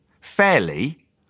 fairly